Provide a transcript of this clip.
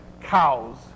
cows